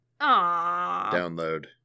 download